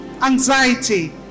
anxiety